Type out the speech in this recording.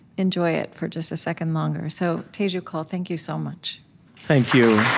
enjoy it for just a second longer. so teju cole, thank you so much thank you